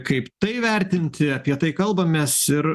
kaip tai vertinti apie tai kalbamės ir